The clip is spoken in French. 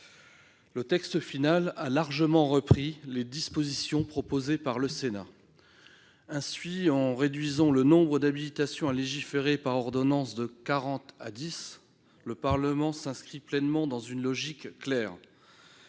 Le texte final a largement repris les dispositions proposées par le Sénat. En réduisant le nombre d'habilitations à légiférer par ordonnance de quarante à dix, le Parlement s'inscrit dans une logique claire